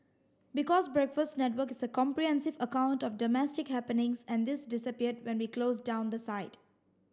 because breakfasts network is a comprehensive account of domestic happenings and this disappeared when we closed down the site